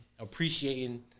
appreciating